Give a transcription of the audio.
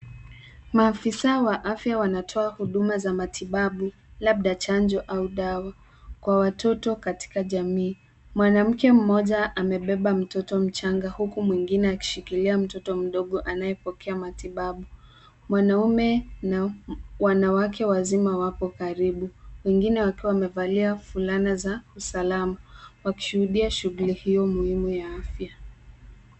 Maafisa wa afya wanatoa huduma za matibabu, labda chanjo au dawa ,kwa watoto katika jamii. Mwamamke mmoja amebeba mtoto mchanga huku mwingine akishikilia, mtoto mdogo anayepokea matibabu. Mwanaume na wanawake wazima wapo karibu. Wengine wakiwa wamevalia fulana za usalama, wakishuhudia shughuli hiyo muhimu ya afya .